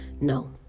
No